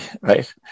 Right